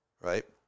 right